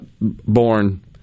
born